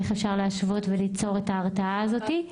איך אפשר להשוות וליצור את ההרתעה הזו.